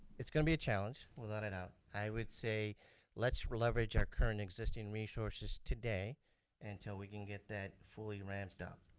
it's gonna be a challenge without a doubt. i would say let's leverage our current existing resources today until we can get that fully ramped up.